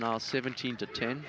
now seventeen to ten